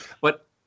But-